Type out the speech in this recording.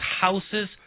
houses